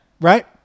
Right